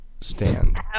stand